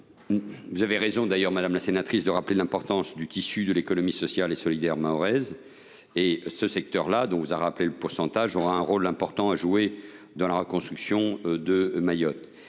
Vous avez raison, madame la sénatrice, de souligner l’importance du tissu de l’économie sociale et solidaire mahoraise. Ce secteur, dont vous avez rappelé les chiffres, aura un rôle important à jouer dans la reconstruction de Mayotte.